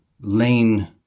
lane